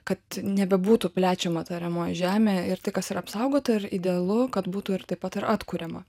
kad nebebūtų plečiama ta ariamoji žemė ir tai kas yra apsaugota ir idealu kad būtų ir taip pat atkuriama